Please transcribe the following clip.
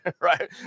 right